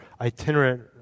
itinerant